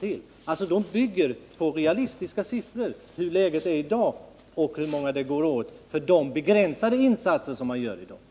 Motionens förslag bygger på realistiska siffror för läget i dag och för hur många personer som behövs för de insatser som vi föreslagit.